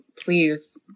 please